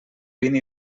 vint